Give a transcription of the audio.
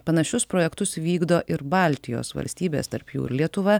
panašius projektus vykdo ir baltijos valstybės tarp jų ir lietuva